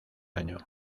año